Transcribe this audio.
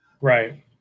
Right